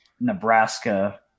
Nebraska